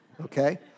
okay